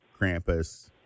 Krampus